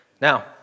Now